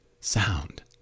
sound